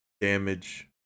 damage